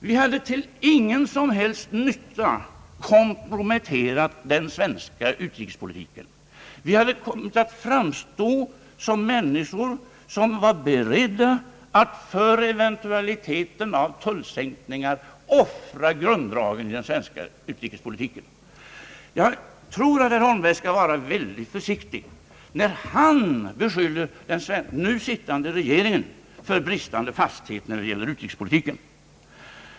Vi hade till ingen som helst nytta komprometterat den svenska utrikespolitiken. Vi hade kommit att framstå som människor som var beredda att för eventualiteten av tullsänkningar offra grunddragen i den svenska utrikespolitiken. Jag tror att herr Holmberg skall vara väldigt försiktig då han beskyller den nu sittande regeringen för bristande fasthet när det gäller utrikespolitiken.